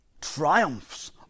triumphs